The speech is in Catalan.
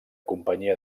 companyia